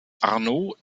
arno